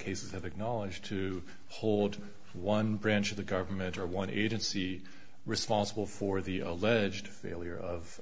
cases have acknowledged to hold one branch of the government or one agency responsible for the alleged failure of